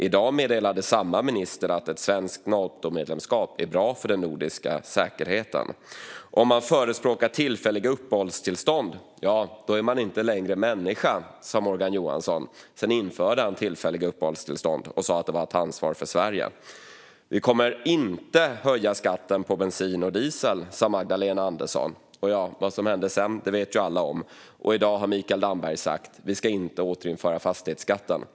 I dag meddelade samma minister att ett svenskt Natomedlemskap är bra för den nordiska säkerheten. Om man förespråkar tillfälliga uppehållstillstånd är man inte längre människa, sa Morgan Johansson. Sedan införde han tillfälliga uppehållstillstånd och sa att det var att ta ansvar för Sverige. Vi kommer inte att höja skatten på bensin och diesel, sa Magdalena Andersson. Vad som hände sedan vet ju alla. I dag har Mikael Damberg sagt: Vi ska inte återinföra fastighetsskatten.